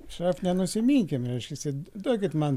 nenusiminkim reiškiasi duokit man popierį baltą